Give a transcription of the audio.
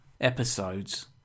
episodes